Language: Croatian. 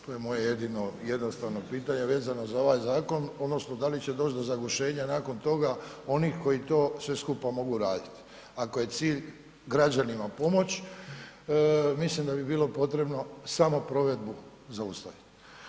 To je moje jedino jednostavno pitanje vezano za ovaj zakon, odnosno da li će doći do zagušenja nakon toga onih koji to sve skupa mogu raditi, ako je cilj građanima pomoć, mislim da bi bilo potrebno samo provedbu zaustaviti.